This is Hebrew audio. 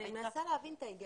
אני רוצה להבין את ההיגיון.